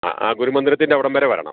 ആ ആ ഗുരുമന്ദിരത്തിൻ്റെ അവിടം വരെ വരണം